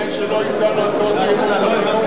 העניין שלא הצענו הצעות אי-אמון בחינוך?